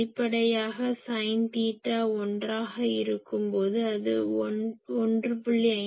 வெளிப்படையாக sine theta 1 ஆக இருக்கும்போது அது 1